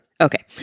Okay